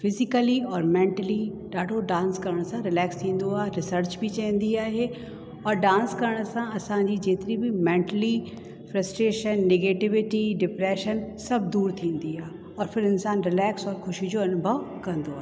physically और mentally ॾाढो relax करण सां रिलैक्स थींदो आहे रिसर्च बि चवंदी आहे और डांस करण सां आसांजी जेतिरी बि मैंटली फ्रस्टेशन नेगटिविटी डिप्रैशन सभु दूरि थी वेंदी आहे और फिर इंसान रिलैक्स और ख़ुशी जो अनुभव कंदो आहे